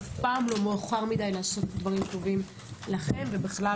אף פעם לא מאוחר מדי לעשות דברים טובים לכם ובכלל.